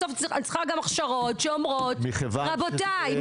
בסוף צריך שיהיו הכשרות שאומרות: רבותיי,